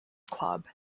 club